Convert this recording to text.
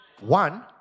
One